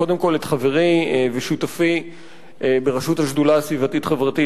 קודם כול את חברי ושותפי בראשות השדולה הסביבתית-חברתית,